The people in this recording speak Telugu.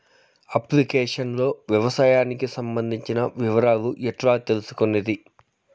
అప్లికేషన్ లో వ్యవసాయానికి సంబంధించిన వివరాలు ఎట్లా తెలుసుకొనేది?